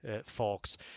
folks